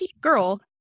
girl